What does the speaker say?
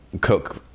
cook